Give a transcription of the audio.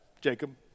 Jacob